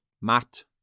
Matt